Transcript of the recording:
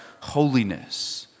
holiness